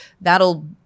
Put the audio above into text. that'll